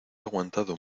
aguantado